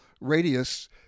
radius